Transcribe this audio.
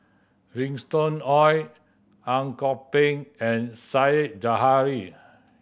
Winston Oh Ang Kok Peng and Said Zahari